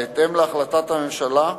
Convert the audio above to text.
בהתאם להחלטת הממשלה,